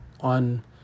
on